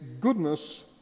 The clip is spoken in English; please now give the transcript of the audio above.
goodness